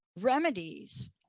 remedies